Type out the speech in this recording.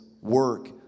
work